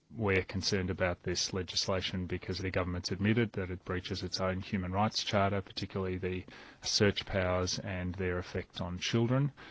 we're concerned about this legislation because the government's admitted that it breaches its own human rights charter, particularly the search powers and their effect on children.